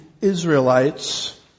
Israelites